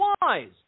wise